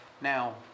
Now